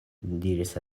diris